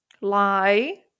lie